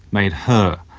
made her?